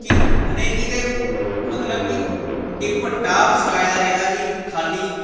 कि उ'नेंगी ते मतलब कि टिप टाप सखाए दा गेदा कि खाल्ली